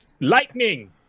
Lightning